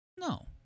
No